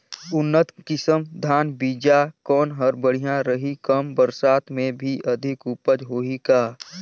उन्नत किसम धान बीजा कौन हर बढ़िया रही? कम बरसात मे भी अधिक उपज होही का?